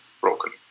broken